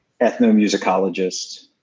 ethnomusicologists